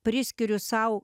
priskiriu sau